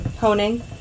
Honing